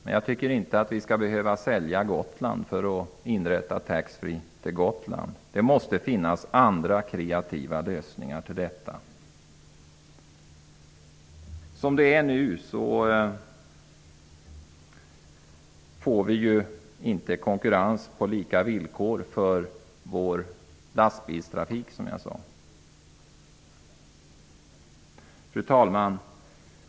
Men jag tycker inte att vi skall behöva sälja Gotlandsfärjorna. Det måste finnas andra kreativa lösningar. Som jag sade blir det nu inte konkurrens på lika villkor för lastbilstrafiken. Fru talman!